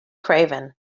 craven